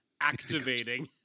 activating